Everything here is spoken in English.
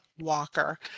Walker